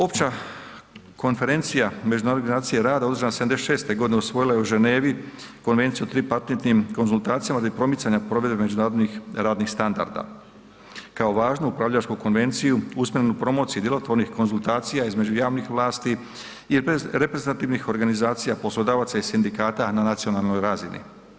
Opća Konferencija Međunarodne organizacije rada održana '76. godine usvojila je u Ženevi Konvenciju o tripartitnim konzultacijama radi promicanja provedbe međunarodnih radnih standarda kao važnu upravljačku konvenciju, usmenu promociju djelotvornih konzultacija između javnih vlasti i reprezentativnih organizacija poslodavaca i sindikata na nacionalnoj razini.